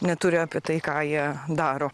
neturi apie tai ką jie daro